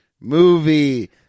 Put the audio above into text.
movie